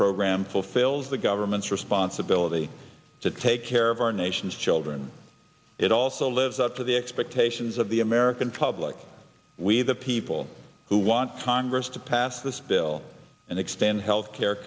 program fulfills the government's responsibility to take care of our nation's children it also lives up to the expectations of the american public we the people who want tongass to pass this bill and extend health care